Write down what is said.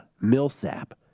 Millsap